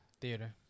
Theater